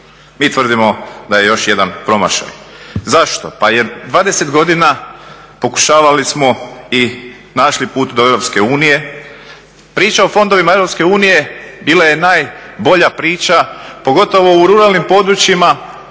Mi tvrdimo da je još jedan promašaj. Zašto? Pa jer 20 godina pokušavali smo i našli put do EU. Priča o fondovima EU bila je najbolja priča, pogotovo u ruralnim područjima